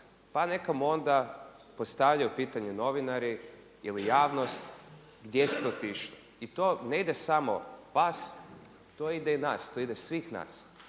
pa neka mu onda postavljaju pitanja novinari ili javnost gdje ste otišli. I to ne ide samo vas to ide i nas, to ide svih nas.